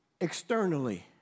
externally